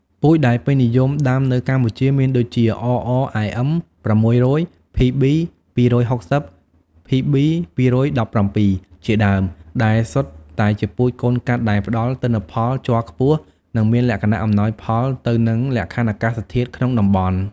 ពូជដែលពេញនិយមដាំនៅកម្ពុជាមានដូចជា RRIM 600, PB 260, PB 217 ជាដើម ដែលសុទ្ធតែជាពូជកូនកាត់ដែលផ្តល់ទិន្នផលជ័រខ្ពស់ និងមានលក្ខណៈអំណោយផលទៅនឹងលក្ខខណ្ឌអាកាសធាតុក្នុងតំបន់។